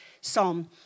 Psalm